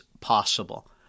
possible